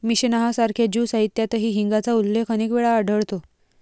Mishnah सारख्या Jew साहित्यातही हिंगाचा उल्लेख अनेक वेळा आढळतो